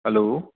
hello